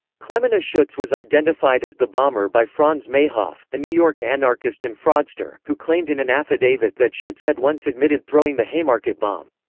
klemana schuetz was identified as the bomber by franz mayhoff, a new york anarchist and fraudster, who claimed in an affidavit that schuetz had once admitted throwing the haymarket bomb.